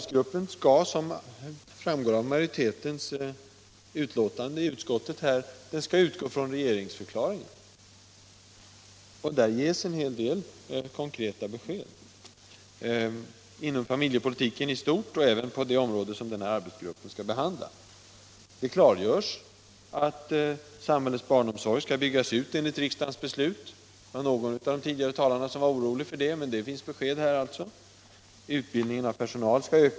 Som framgår av majoritetens skrivning i utskottets betänkande skall arbetsgruppen utgå från regeringsförklaringen, där det ges en hel del konkreta besked beträffande familjepolitiken i stort och även på det område som denna arbetsgrupp skall behandla. Det klargörs i regeringsförklaringen att samhällets barnomsorg skall byggas ut enligt riksdagens beslut. Någon av de tidigare talarna var orolig på den punkten, men här ges alltså besked.